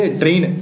train